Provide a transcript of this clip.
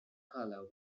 color